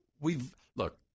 we've—look